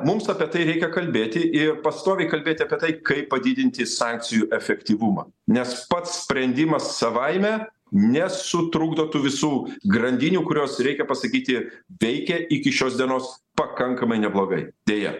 mums apie tai reikia kalbėti ir pastoviai kalbėti apie tai kaip padidinti sankcijų efektyvumą nes pats sprendimas savaime nesutrukdo tų visų grandinių kurios reikia pasakyti veikia iki šios dienos pakankamai neblogai deja